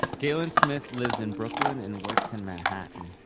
galen smith lives in brooklyn and works in manhattan.